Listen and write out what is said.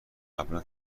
قبلا